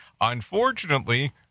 Unfortunately